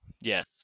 yes